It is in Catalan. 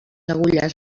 agulles